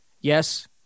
yes